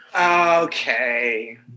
Okay